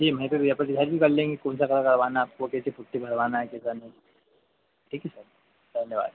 जी वहीं पर भैया अपन डिसाइड भी कर लेंगे कौन सा कलर करवाना है आपको कैसी पुट्टी भरवाना है कैसा नहीं ठीक है सर धन्यवाद